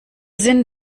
sinn